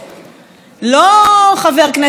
לא חבר כנסת זוטר,